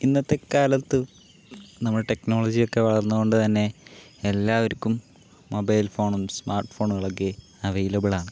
ഇന്നത്തെ കാലത്ത് നമ്മുടെ ടെക്നോളജിയൊക്കെ വളർന്നതുകൊണ്ട് തന്നെ എല്ലാവർക്കും മൊബൈൽ ഫോണും സ്മാർട്ട് ഫോണുകളൊക്കെ അവൈലബിളാണ്